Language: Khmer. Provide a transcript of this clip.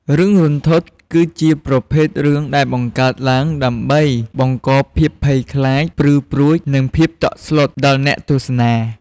រឿងរន្ធត់ គឺជាប្រភេទរឿងដែលបង្កើតឡើងដើម្បីបង្កភាពភ័យខ្លាច ព្រឺព្រួច និងភាពតក់ស្លុតដល់អ្នកទស្សនា។